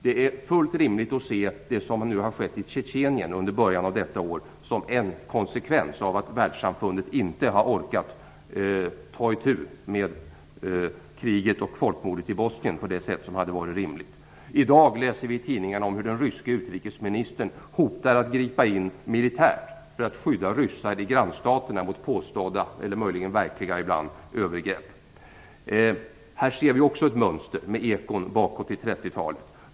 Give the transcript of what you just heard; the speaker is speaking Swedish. Det som har skett i Tjetjenien under början av detta år kan man se som en konsekvens av att världssamfundet inte har orkat ta itu med kriget och folkmordet i Bosnien på det sätt som hade varit rimligt. I dag läser vi i tidningarna om hur den ryske utrikesministern hotar att gripa in militärt för att skydda ryssar i grannstaterna mot påstådda - ibland är de möjligen verkliga - övergrepp. Här ser vi också ett mönster med ekon bakåt till 30-talet.